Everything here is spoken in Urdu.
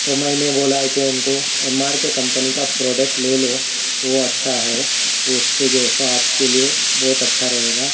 تو میں نے بولا کہ اُن کو ایم آر کے کمپنی کا پروڈکٹ لے لو وہ اچھا ہے اُس سے جو سو آپ کے لئے بہت اچھا رہے گا